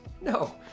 No